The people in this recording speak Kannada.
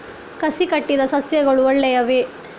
ಕಸಿ ಕಟ್ಟಿದ ಸಸ್ಯಗಳು ಒಳ್ಳೆಯವೇ?